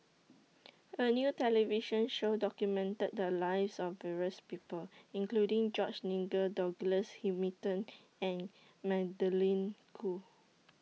A New television Show documented The Lives of various People including George Nigel Douglas Hamilton and Magdalene Khoo